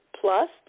plus